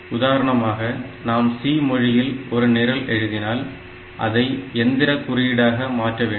உதாரணமாக நாம் C மொழியில் ஒரு நிரல் எழுதினால் அதை எந்திர குறியீடாக மாற்ற வேண்டும்